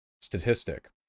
statistic